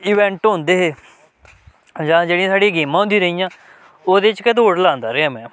event होंदे हे जां जेह्ड़ियां साढ़ियां गेमां होंदियां रेहियां ओह्दे च गै दौड़ लांदा रेहा में